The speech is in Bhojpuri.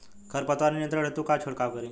खर पतवार नियंत्रण हेतु का छिड़काव करी?